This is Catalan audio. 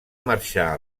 marxar